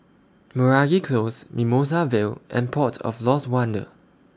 Meragi Close Mimosa Vale and Port of Lost Wonder